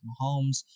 Mahomes